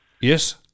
Yes